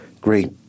great